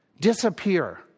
disappear